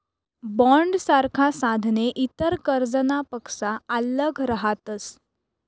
बॉण्डसारखा साधने इतर कर्जनापक्सा आल्लग रहातस